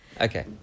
Okay